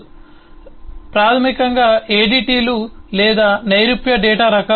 రకం ప్రాథమికంగా ADT లు లేదా నైరూప్య డేటా రకాలు